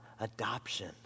adoption